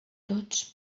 tots